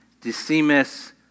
Decimus